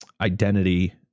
identity